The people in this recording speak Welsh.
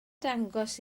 dangos